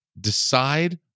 decide